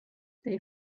they